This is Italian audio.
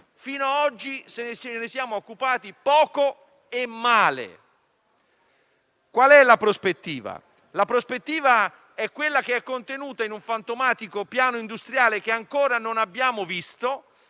fino ad oggi ci siamo occupati poco e male. La prospettiva è allora quella contenuta in un fantomatico piano industriale che ancora non abbiamo visto.